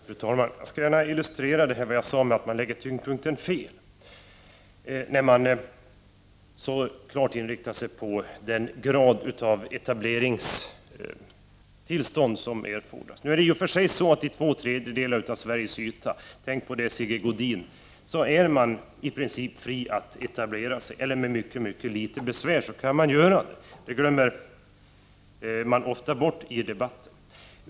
Fru talman! Jag skall gärna illustrera det jag sade om att man lägger tyngdpunkten fel när det gäller den grad av etableringstillstånd som erfordras. På två tredjedelar av Sveriges yta — tänk på det Sigge Godin — är det i princip fritt att etablera sig, eller man kan göra det med mycket litet besvär. Det glömmer man ofta bort i debatten.